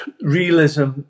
Realism